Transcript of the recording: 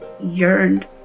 yearned